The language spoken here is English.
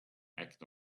act